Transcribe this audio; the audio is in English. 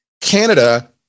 Canada